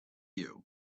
you